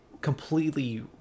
completely